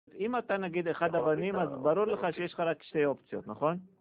אם אתה נגיד אחד הבנים, אז ברור לך שיש לך רק שתי אופציות, נכון?